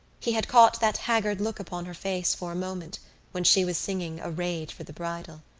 he had caught that haggard look upon her face for a moment when she was singing arrayed for the bridal.